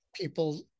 People